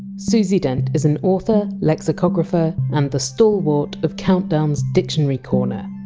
susie dent is an author, lexicographer, and the stalwart of countdown! s dictionary corner.